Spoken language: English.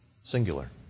singular